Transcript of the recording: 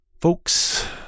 Folks